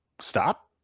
stop